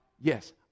Yes